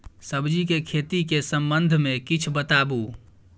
सब्जी के खेती के संबंध मे किछ बताबू?